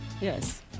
Yes